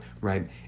right